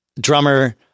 drummer